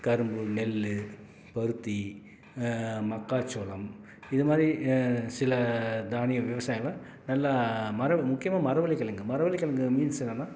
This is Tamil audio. கரும்பு நெல் பருத்தி மக்காச்சோளம் இதுமாதிரி சில தானிய விவசாயலாம் நல்லா மரபு முக்கியமாக மரவள்ளி கிழங்கு மரவள்ளி கிழங்கு மீன்ஸ் என்னென்னா